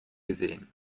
gesehen